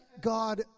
God